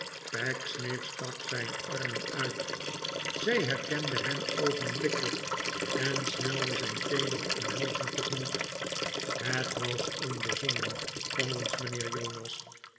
pecksniff stak zijn armen uit zij herkende hem oogenblikkelijk en snelde zijn teedere omhelzing tegemoet het was onbezonnen van ons mijnheer